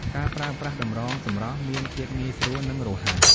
ការប្រើប្រាស់តម្រងសម្រស់មានភាពងាយស្រួលនិងរហ័ស។